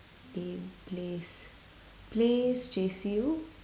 name place place chase you